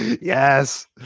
Yes